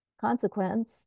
consequence